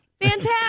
Fantastic